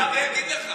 אני אגיד לך,